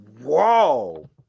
Whoa